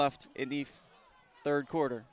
left in the third quarter